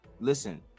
Listen